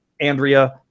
Andrea